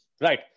Right